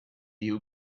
you